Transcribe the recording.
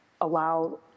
allow